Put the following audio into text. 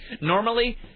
Normally